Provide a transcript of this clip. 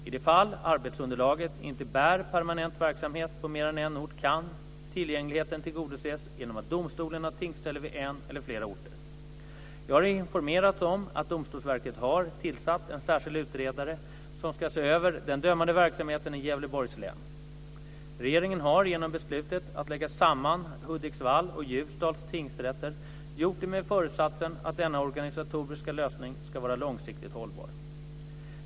I de fall arbetsunderlaget inte bär permanent verksamhet på mer än en ort kan tillgängligheten tillgodoses genom att domstolen har tingsställe vid en eller flera orter. Jag har informerats om att Domstolsverket har tillsatt en särskild utredare som ska se över den dömande verksamheten i Gävleborgs län. Regeringen har genom beslutet att lägga samman Hudiksvalls och Ljusdals tingsrätter gjort det med föresatsen att denna organisatoriska lösning ska vara långsiktigt hållbar.